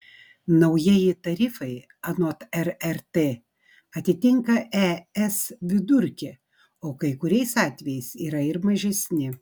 naujieji tarifai anot rrt atitinka es vidurkį o kai kuriais atvejais yra ir mažesni